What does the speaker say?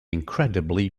incredibly